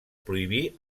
prohibir